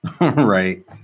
right